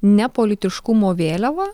nepolitiškumo vėliava